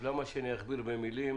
אז למה שאכביר במילים?